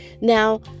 Now